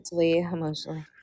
emotionally